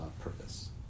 purpose